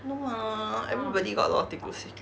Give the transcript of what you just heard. no ah everybody got a lot of thing to say